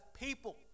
people